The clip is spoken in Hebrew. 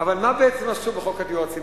אבל מה בעצם עשו בחוק הדיור הציבורי?